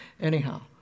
Anyhow